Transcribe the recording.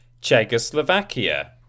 Czechoslovakia